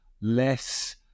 less